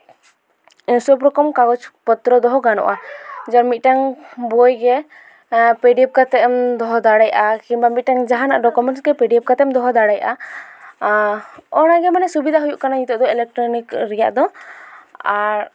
ᱳᱭ ᱥᱚᱵ ᱨᱚᱠᱚᱢ ᱠᱟᱜᱚᱡᱽ ᱯᱚᱛᱛᱨᱚ ᱫᱚᱦᱚ ᱜᱟᱱᱚᱜᱼᱟ ᱡᱮᱢᱚᱱ ᱢᱤᱫᱴᱟᱝ ᱵᱳᱭ ᱜᱮ ᱯᱤ ᱰᱤ ᱮ ᱯ ᱠᱟᱛᱮᱢ ᱫᱚᱦᱚ ᱫᱟᱲᱮᱭᱟᱜᱼᱟ ᱠᱤᱝᱵᱟ ᱢᱤᱫᱴᱮᱱ ᱡᱟᱦᱟᱸ ᱱᱟᱜ ᱰᱚᱠᱳᱢᱮᱱᱴ ᱜᱮ ᱯᱤ ᱰᱤ ᱮ ᱯ ᱠᱟᱛᱮᱢ ᱫᱚᱦᱚ ᱫᱟᱲᱮᱭᱟᱜᱼᱟ ᱚᱱᱟ ᱜᱮ ᱢᱟᱱᱮ ᱥᱩᱵᱤᱫᱟ ᱦᱳᱭᱳᱜ ᱠᱟᱱᱟ ᱤᱞᱮᱠᱴᱨᱚᱱᱤᱠ ᱨᱮᱭᱟᱜ ᱫᱚ ᱟᱨ